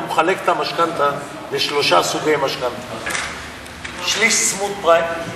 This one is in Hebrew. הוא מחלק את המשכנתה לשלושה סוגי משכנתה: שליש צמוד פריים,